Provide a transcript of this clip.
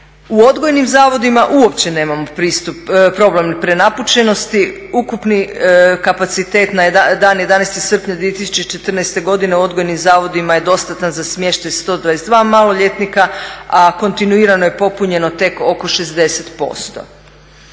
U odgojnim zavodima uopće nemamo problem prenapučenosti. Ukupni kapacitet na dan 11.sprnja 2014.godine u odgojnim zavodima je dostatan smještaj 122 maloljetnika, a kontinuirano je popunjeno tek oko 60%.